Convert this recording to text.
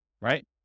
right